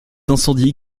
incendiée